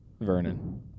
vernon